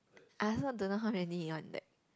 I also don't know how many you want th~